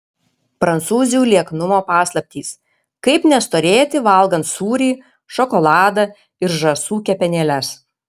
prancūzių lieknumo paslaptys kaip nestorėti valgant sūrį šokoladą ir žąsų kepenėles